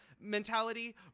mentality